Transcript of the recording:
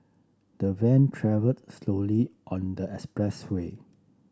the van travelled slowly on the expresway